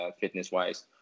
fitness-wise